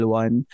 one